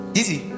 easy